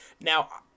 Now